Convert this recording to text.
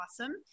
awesome